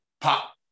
pop